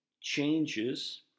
Changes